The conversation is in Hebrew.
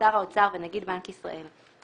שר האוצר ונגיד בנק ישראל,